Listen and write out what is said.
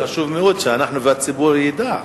מה שאתה אומר חשוב מאוד שאנחנו והציבור נדע.